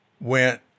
went